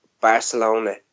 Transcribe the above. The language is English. Barcelona